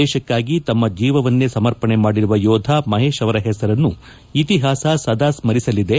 ದೇಶಕ್ಕಾಗಿ ತಮ್ಮ ಜೀವವನ್ನೇ ಸಮರ್ಪಣೆ ಮಾಡಿರುವ ಯೋಧ ಮಹೇಶ್ ಅವರ ಹೆಸರನ್ನು ಇತಿಹಾಸ ಸದಾ ಸ್ಟರಿಸಲಿದೆ